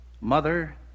Mother